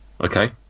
Okay